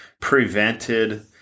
prevented